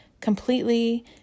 completely